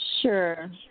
Sure